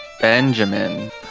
Benjamin